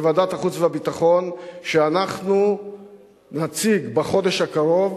בוועדת החוץ והביטחון שאנחנו נציג בחודש הקרוב